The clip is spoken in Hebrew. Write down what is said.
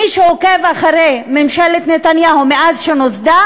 מי שעוקב אחרי ממשלת נתניהו מאז נוסדה